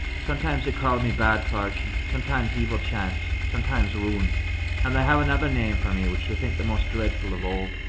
sometimes they call me bad fortune, sometimes evil chance, sometimes ruin and they have another name for me which they think the most dreadful of all.